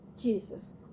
Jesus